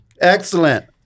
Excellent